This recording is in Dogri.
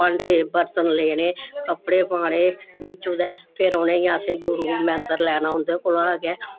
भांडे बरतन लैने कपड़े पाने बिच्चा गै ते फिर उनें असें गुरू मंत्र लैना उंदे कोला गै